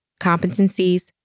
competencies